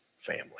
family